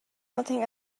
nothing